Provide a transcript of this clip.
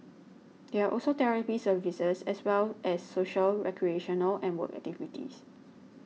there are also therapy services as well as social recreational and work activities